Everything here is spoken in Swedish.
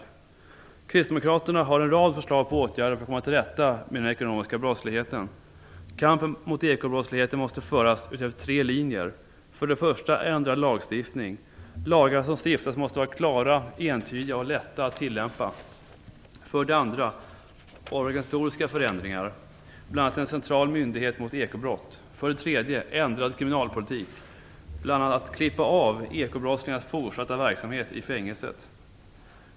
Kristdemokraterna har en rad förslag på åtgärder för att komma till rätta med den ekonomiska brottsligheten. Kampen mot ekobrottsligheten måste föras utefter tre linjer. För det första måste vi ändra lagstiftningen. De lagar som stiftas måste vara klara, entydiga och lätta att tillämpa. För det andra måste det göras organisatoriska förändringar. Bl.a. måste det skapas en central myndighet mot ekobrott. För det tredje måste kriminalpolitiken ändras. Vi måste bl.a. klippa av ekobrottslingarnas fortsatta verksamhet i fängelset.